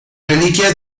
reliquias